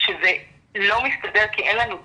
שזה לא מסתדר כי אין לנו תיאום?